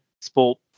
sport